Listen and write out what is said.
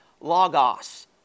logos